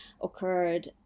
occurred